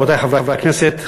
חברי חברי הכנסת,